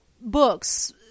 books